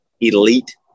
elite